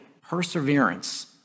perseverance